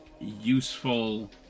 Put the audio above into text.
useful